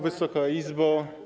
Wysoka Izbo!